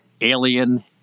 alien